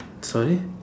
sorry